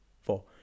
four